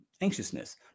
anxiousness